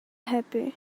happy